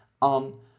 on